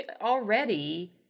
already